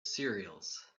cereals